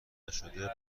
نشده